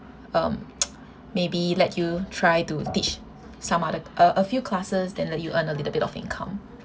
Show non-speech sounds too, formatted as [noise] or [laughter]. um [noise] maybe let you try to teach some other a a few classes then let you earn a little bit of income